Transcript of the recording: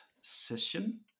session